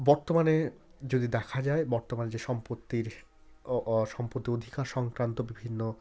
বর্তমানে যদি দেখা যায় বর্তমানে যে সম্পত্তির সম্পত্তির অধিকার সংক্রান্ত বিভিন্ন